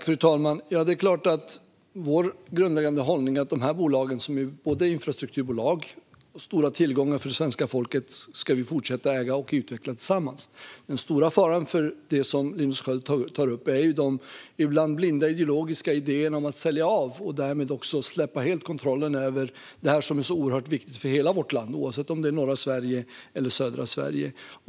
Fru talman! Vår grundläggande hållning när det gäller de här bolagen, som både är infrastrukturbolag och stora tillgångar för svenska folket, är att vi ska fortsätta att äga och utveckla dem tillsammans. Den stora faran för det som Linus Sköld tar upp är de ibland blint ideologiska idéerna om att sälja av och därmed också helt släppa kontrollen över det som är så oerhört viktigt för hela vårt land, oavsett om det är norra eller södra Sverige.